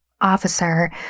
officer